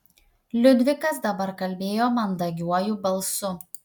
liudvikas dabar kalbėjo mandagiuoju balsu